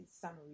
summary